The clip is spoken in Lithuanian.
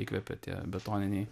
įkvepia tie betoniniai